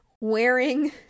wearing